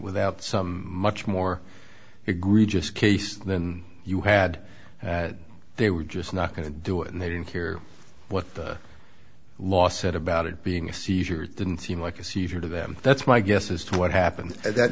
without some much more egregious case than you had they were just not going to do it and they didn't care what the law said about it being a seizure didn't seem like a seizure to them that's my guess as to what happened